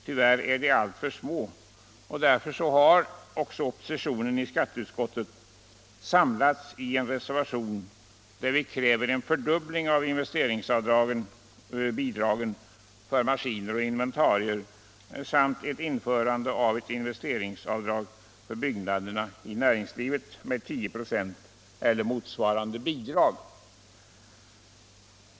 Tyvärr är dessa alltför små, och därför har oppositionen i skatteutskottet samlats i en reservation där vi kräver en fördubbling av investeringsavdragen-bidragen för maskiner och inventarier samt ett införande av investeringsavdrag för byggnader i näringslivet med 10 ”, eller motsvarande bidrag.